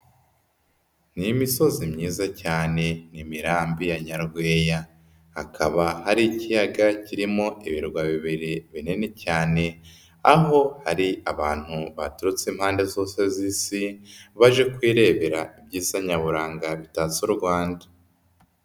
Ni imisozi myiza cyane, ni imirambi ya Nyarweya, hakaba hari ikiyaga kirimo ibirwa bibiri binini cyane aho hari abantu baturutse impande zose z'isi, baje kwirebera ibyiza nyaburanga bitatse u Rwanda.